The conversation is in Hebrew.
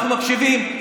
אנחנו מקשיבים,